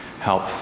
help